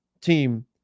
team